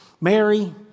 Mary